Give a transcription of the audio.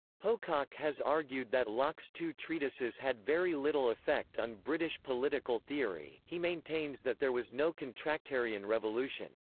pocock has argued that locke's two treatises had very little effect on british political theory he maintains that there was no contractarian revolution.